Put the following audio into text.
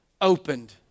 opened